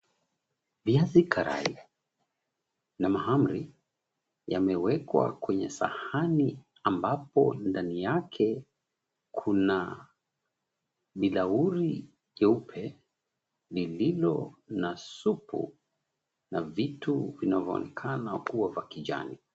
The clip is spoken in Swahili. Viazi karai na mahamri, yamewekwa kwenye sahani ambapo ndani yake kuna bilauri jeupe lililo na supu na vitu vinavyoonekana kuwa vya kijani.